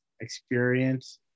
experience